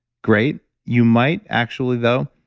great. you might actually, though,